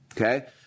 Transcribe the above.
Okay